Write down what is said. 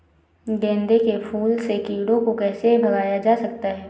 गेंदे के फूल से कीड़ों को कैसे भगाया जा सकता है?